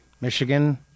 Michigan